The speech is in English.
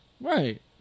Right